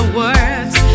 words